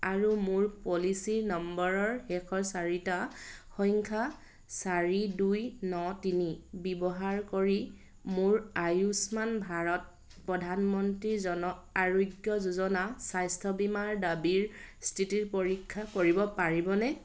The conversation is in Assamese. আৰু মোৰ পলিচি নম্বৰৰ শেষৰ চাৰিটা সংখ্যা চাৰি দুই ন তিনি ব্যৱহাৰ কৰি মোৰ আয়ুষ্মান ভাৰত প্ৰধানমন্ত্ৰী জন আৰোগ্য যোজনা স্বাস্থ্য বীমাৰ দাবীৰ স্থিতি পৰীক্ষা কৰিব পাৰিবনে